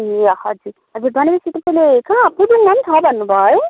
ए हजुर हजुर भनेपछि तपाईँले कहाँ पुदुङमा पनि छ भन्नुभयो है